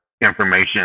information